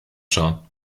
schauen